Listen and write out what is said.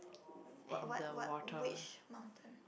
w~ what what what which mountain